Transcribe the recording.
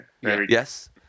Yes